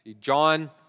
John